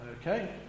Okay